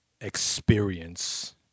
experience